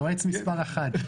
יועץ מספר אחד.